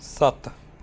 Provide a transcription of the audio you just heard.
ਸੱਤ